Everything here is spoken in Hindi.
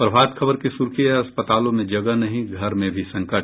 प्रभात खबर की सुर्खी है अस्पतालों में जगह नहीं घर में भी संकट